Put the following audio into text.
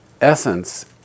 essence